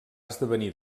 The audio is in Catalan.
esdevenir